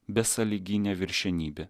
besąlyginė viršenybė